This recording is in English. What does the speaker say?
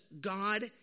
God